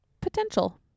potential